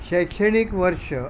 शैक्षणिक वर्ष